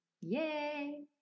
Yay